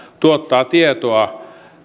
tuottaa tietoa